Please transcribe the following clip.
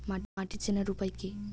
মাটি চেনার উপায় কি?